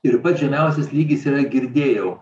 ir pats žemiausias lygis yra girdėjau